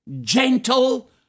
gentle